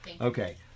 Okay